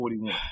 41